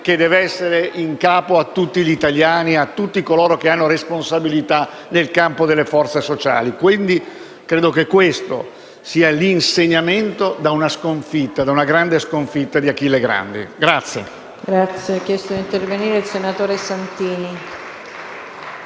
che deve essere in capo a tutti gli italiani e a tutti coloro che hanno responsabilità nel campo delle forze sociali. Credo quindi che questo sia l'insegnamento che dobbiamo trarre dalla grande sconfitta di Achille Grandi.